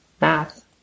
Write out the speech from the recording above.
math